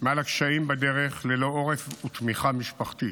מעל הקשיים בדרך ללא עורף ותמיכה משפחתית.